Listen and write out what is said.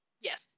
Yes